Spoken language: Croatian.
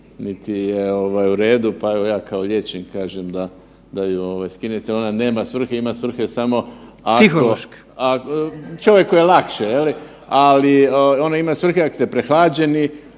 niti je ovaj u redu, pa evo ja kao liječnik kažem da ju ovaj skinete, ona nema svrhe, ima svrhe samo ako …/Upadica: Psihološke./… čovjeku je lakše je li, ali ona ima svrhe ako ste prehlađeni,